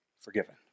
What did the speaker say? Forgiven